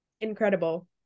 Incredible